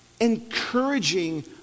encouraging